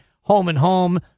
home-and-home